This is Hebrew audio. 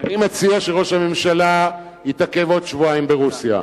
אני מציע שראש הממשלה יתעכב עוד שבועיים ברוסיה.